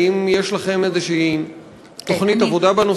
האם יש לכם איזו תוכנית עבודה בנושא?